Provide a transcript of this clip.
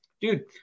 dude